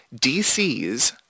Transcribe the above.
DCs